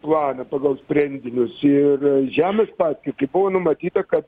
planą pagal sprendinius ir žemės paskirtį buvo numatyta kad